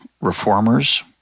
Reformers